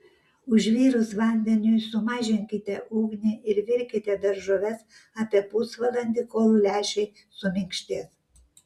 užvirus vandeniui sumažinkite ugnį ir virkite daržoves apie pusvalandį kol lęšiai suminkštės